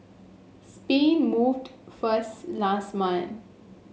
Spain moved first last month